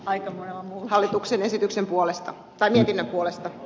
aiomme muun hallituksen mietinnön puolesta eikä vastaan